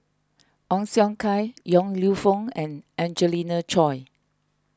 Ong Siong Kai Yong Lew Foong and Angelina Choy